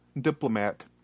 diplomat